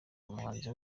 muhanzi